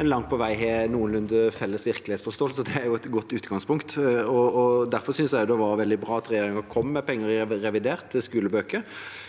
en langt på vei har noenlunde felles virkelighetsforståelse, og det er et godt utgangspunkt. Derfor synes jeg det er veldig bra at regjeringen kommer med penger i revidert til skolebøker.